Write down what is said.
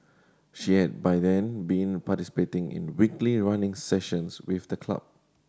she had by then been participating in weekly running sessions with the club